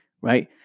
Right